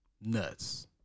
nuts